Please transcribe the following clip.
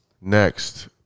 Next